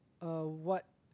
uh what